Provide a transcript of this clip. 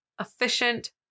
Efficient